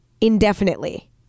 indefinitely